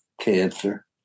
cancer